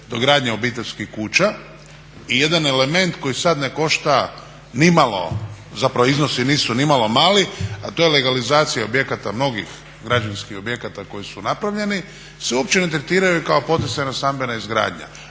dogradnja obiteljskih kuća i jedan element koji sad ne košta ni malo, zapravo iznosi nisu ni malo mali, a to je legalizacija objekata mnogih građevinskih objekata koji su napravljeni se uopće ne tretiraju kao poticajna stambena izgradnja.